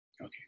Okay